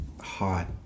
Hot